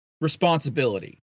responsibility